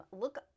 look